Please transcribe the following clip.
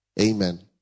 Amen